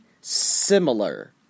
similar